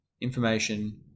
information